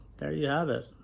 there you have it